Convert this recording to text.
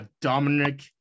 Dominic